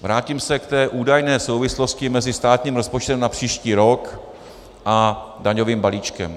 Vrátím se k té údajné souvislosti mezi státním rozpočtem na příští rok a daňovým balíčkem.